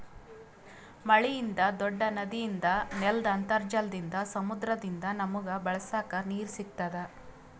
ಮಳಿಯಿಂದ್, ದೂಡ್ಡ ನದಿಯಿಂದ್, ನೆಲ್ದ್ ಅಂತರ್ಜಲದಿಂದ್, ಸಮುದ್ರದಿಂದ್ ನಮಗ್ ಬಳಸಕ್ ನೀರ್ ಸಿಗತ್ತದ್